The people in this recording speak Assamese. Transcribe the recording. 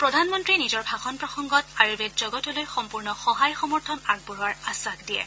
প্ৰধানমন্ত্ৰীয়ে নিজৰ ভাষণ প্ৰসংগত আয়ুৰ্বেদ জগতলৈ সম্পূৰ্ণ সহায় সমৰ্থন আগবঢ়োৱাৰ আশ্বাস দিয়ে